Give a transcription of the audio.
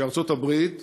שארצות הברית